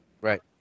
Right